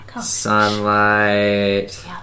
sunlight